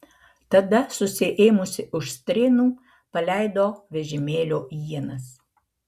tada susiėmusi už strėnų paleido vežimėlio ienas